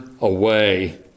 away